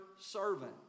servant